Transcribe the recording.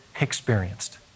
experienced